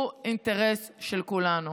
הם אינטרסים של כולנו.